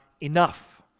enough